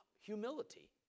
humility